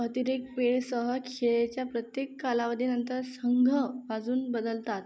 अतिरिक्त वेळेसह खेळाच्या प्रत्येक कालावधीनंतर संघ बाजू बदलतात